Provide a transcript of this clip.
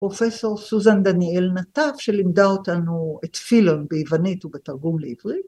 פרופסור סוזן דניאל נטב, שלימדה אותנו את פילון ביוונית ובתרגום לעברית